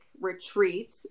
retreat